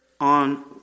on